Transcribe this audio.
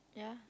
yeah